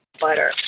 Butter